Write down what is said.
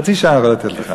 חצי שעה אני יכול לתת לך.